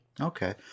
Okay